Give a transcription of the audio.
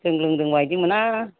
जों लोंदों बायदि मोना